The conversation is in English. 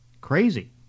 crazy